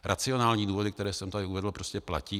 Racionální důvody, které jsem tady uvedl, prostě platí.